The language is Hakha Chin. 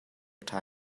ṭha